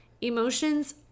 Emotions